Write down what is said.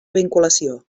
vinculació